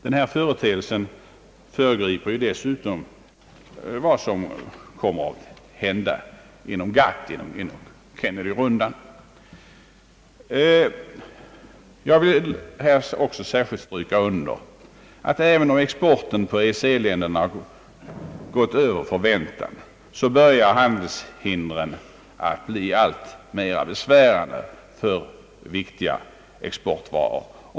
Denna företeelse föregriper dessutom vad som kommer att hända inom GATT genom Kennedyronden. Jag vill också särskilt stryka under att handelshindren, även om exporten för EEC-länderna gått över förväntan, börjar bli alltmera besvärande för viktiga exportvaror.